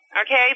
Okay